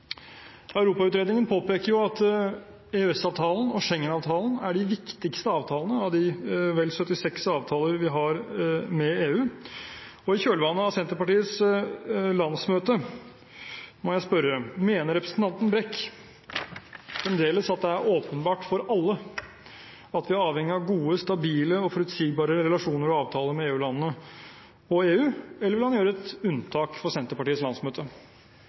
Europautredningen påpeker at EØS-avtalen og Schengen-avtalen er de viktigste avtalene av de vel 76 avtaler vi har med EU. I kjølvannet av Senterpartiets landsmøte må jeg spørre: Mener representanten Brekk fremdeles at det er åpenbart for alle at vi er avhengig av gode, stabile og forutsigbare relasjoner og avtaler med EU-landene og med EU, eller ville han gjøre et unntak for Senterpartiets landsmøte?